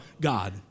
God